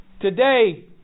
today